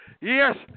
yes